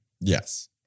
yes